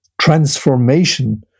transformation